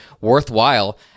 worthwhile